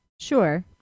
Sure